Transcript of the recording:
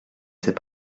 sais